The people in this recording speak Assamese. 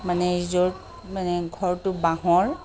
মানে ৰিজৰ্ট মানে ঘৰটো বাঁহৰ